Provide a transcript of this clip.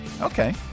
Okay